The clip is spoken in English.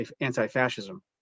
anti-fascism